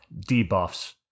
debuffs